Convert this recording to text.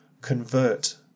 convert